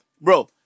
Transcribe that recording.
Bro